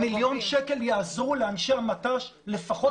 מיליון השקל יעזרו לאנשי המט"ש לפחות